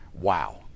Wow